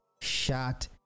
shot